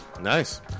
Nice